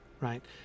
right